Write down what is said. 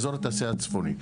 אזור התעשייה הצפוני.